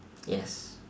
yes